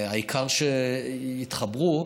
העיקר שיתחברו.